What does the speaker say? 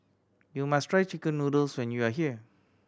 you must try chicken noodles when you are here